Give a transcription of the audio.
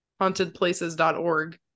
hauntedplaces.org